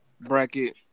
bracket